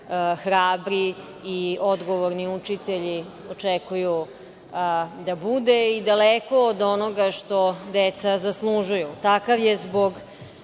hrabri i odgovorni učitelji očekuju da bude i daleko od onoga što deca zaslužuju. Takav je zbog